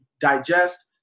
digest